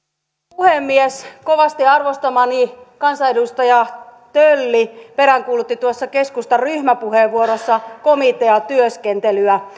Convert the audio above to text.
puhemies kovasti arvostamani kansanedustaja tölli peräänkuulutti keskustan ryhmäpuheenvuorossa komiteatyöskentelyä